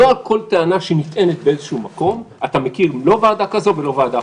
לא על כל טענה שנטענת באיזשהו מקום אתה מקים לא ועדה כזו ולא ועדה כזו.